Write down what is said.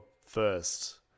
first